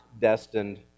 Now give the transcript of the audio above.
destined